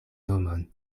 nomon